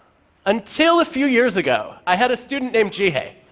until a few years ago. i had a student named jihae,